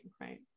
right